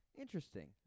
Interesting